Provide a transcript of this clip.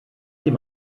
dem